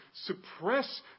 suppress